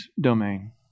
domain